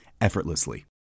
effortlessly